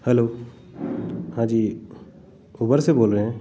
hello हाँ जी Uber से बोल रहे हैं